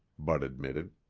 bud admitted.